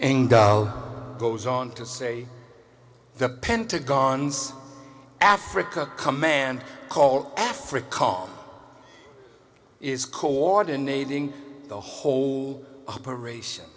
only goes on to say the pentagon's africa command called africa call is coordinating the whole operation